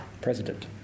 president